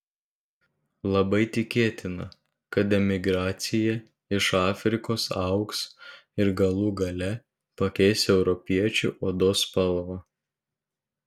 labai tikėtina kad emigracija iš afrikos augs ir galų gale pakeis europiečių odos spalvą